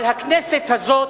אבל הכנסת הזאת,